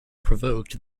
provoked